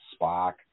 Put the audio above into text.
Spock